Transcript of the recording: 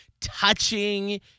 touching